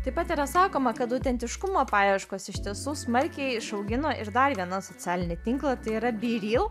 taip pat yra sakoma kad autentiškumo paieškos iš tiesų smarkiai išaugino ir dar viena socialinį tinklą tai yra bereal